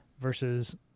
versus